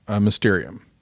Mysterium